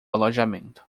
alojamento